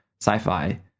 sci-fi